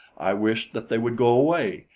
i wished that they would go away,